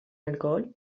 alcohol